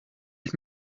ich